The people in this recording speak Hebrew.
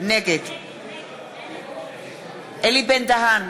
נגד אלי בן-דהן,